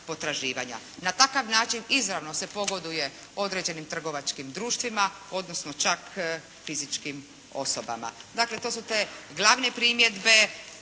Na takav način izravno se pogoduje određenim trgovačkim društvima odnosno čak fizičkim osobama. Dakle, to su te glavne primjedbe